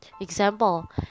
example